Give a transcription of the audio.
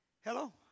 Hello